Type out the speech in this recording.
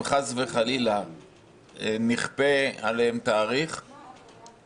אם חס וחלילה נכפה תאריך על ועדת הבחירות המרכזית,